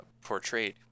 portrayed